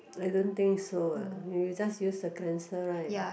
I don't think so ah you just use the cleanser right